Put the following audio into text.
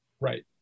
Right